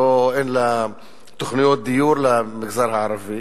אין לה תוכניות דיור למגזר הערבי,